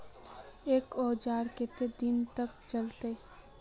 एक औजार केते दिन तक चलते?